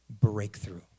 breakthrough